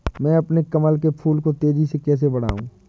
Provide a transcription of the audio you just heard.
मैं अपने कमल के फूल को तेजी से कैसे बढाऊं?